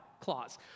clause